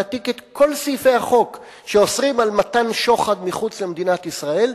להעתיק את כל סעיפי החוק שאוסרים מתן שוחד מחוץ למדינת ישראל,